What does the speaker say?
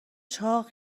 چاق